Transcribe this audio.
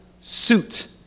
suit